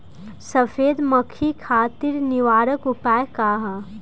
सफेद मक्खी खातिर निवारक उपाय का ह?